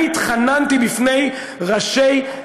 אני התחננתי בפני ראשי,